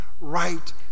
right